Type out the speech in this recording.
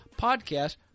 podcast